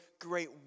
great